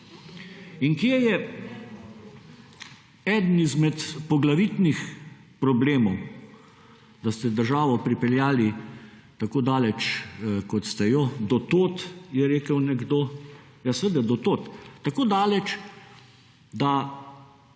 In kje je eden izmed poglavitnih problemov, da ste državo pripeljali tako daleč kot ste jo. Do tod, je rekel nekdo, ja seveda do tod. Tako daleč, da